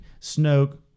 Snoke